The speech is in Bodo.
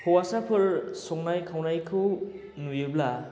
हौवासाफोर संनाय खावनायखौ नुयोब्ला